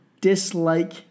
dislike